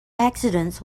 accidents